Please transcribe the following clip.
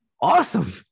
Awesome